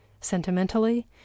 sentimentally